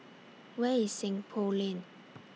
Where IS Seng Poh Lane